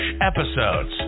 episodes